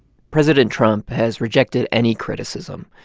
president trump has rejected any criticism.